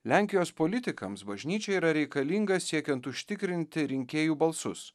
lenkijos politikams bažnyčia yra reikalinga siekiant užtikrinti rinkėjų balsus